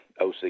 OC